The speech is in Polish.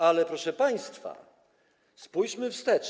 Ale, proszę państwa, spójrzmy wstecz.